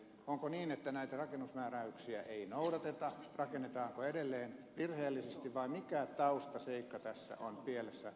onko niin että näitä rakennusmääräyksiä ei noudateta rakennetaanko edelleen virheellisesti vai mikä taustaseikka tässä on pielessä